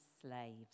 slaves